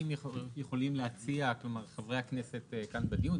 יכולים להציע חברי הכנסת כאן בדיון.